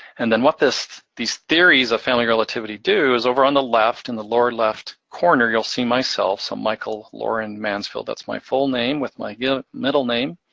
and then what these these theories of family relativity do is over on the left, in the lower left corner, you'll see myself, so michael lorin mansfield. that's my full name with my middle name.